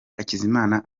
hakizimana